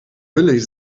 billig